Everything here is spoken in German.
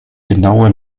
genaue